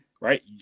right